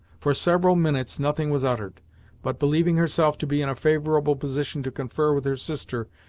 for several minutes nothing was uttered but, believing herself to be in a favourable position to confer with her sister,